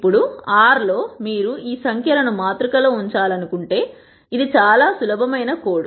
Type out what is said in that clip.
ఇప్పుడు R లో మీరు ఈ సంఖ్య లను మాతృక లో ఉంచాలనుకుంటే ఇది చాలా సులభమైన కోడ్